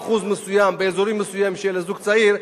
על אחוז מסוים באזורים מסוימים לזוג צעיר,